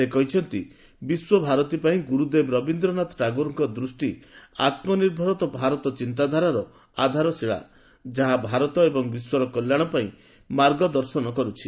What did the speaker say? ସେ କହିଛନ୍ତି ବିଶ୍ୱଭାରତୀ ପାଇଁ ଗୁରୁଦେବ ରବୀନ୍ଦ୍ରନାଥ ଟାଗୋରଙ୍କ ଦୃଷ୍ଟି ଆତ୍ମନିର୍ଭର ଭାରତ ଚିନ୍ତାଧାରାର ଆଧାରଶୀଳା ଯାହା ଭାରତ ଏବଂ ବିଶ୍ୱର କଲ୍ୟାଣ ପାଇଁ ମାର୍ଗଦର୍ଶନ କରୁଛି